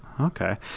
Okay